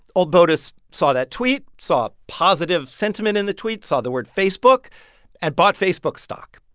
old botus saw that tweet, saw a positive sentiment in the tweet, saw the word facebook and bought facebook stock.